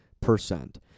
percent